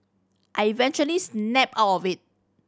I eventually snapped out of it